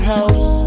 House